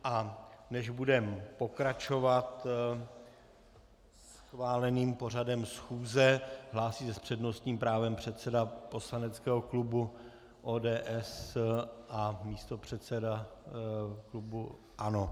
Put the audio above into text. A než budeme pokračovat schváleným pořadem schůze, hlásí se s přednostním právem předseda poslaneckého klubu ODS a místopředseda klubu ANO.